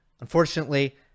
Unfortunately